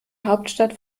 hauptstadt